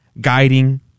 guiding